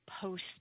post